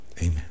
Amen